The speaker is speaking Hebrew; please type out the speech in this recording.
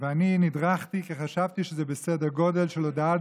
ואני נדרכתי כי חשבתי שזה בסדר גודל של הודעת